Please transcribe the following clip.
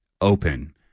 open